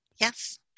Yes